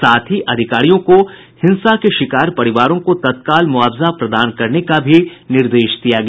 साथ अधिकारियों को हिंसा के शिकार परिवारों को तत्काल मुआवजा प्रदान करने का भी निर्देश दिया गया